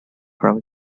from